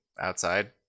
outside